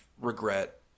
regret